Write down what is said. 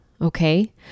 Okay